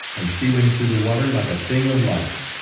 and stealing through the water like a thing of life.